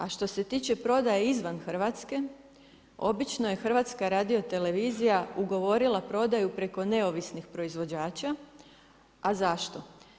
A što se tiče prodaje izvan Hrvatske, obično je HRT ugovorila prodaju preko neovisnih proizvođača, a zašto?